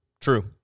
true